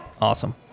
awesome